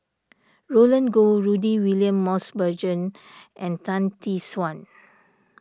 Roland Goh Rudy William Mosbergen and Tan Tee Suan